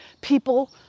people